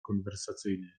konwersacyjny